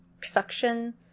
suction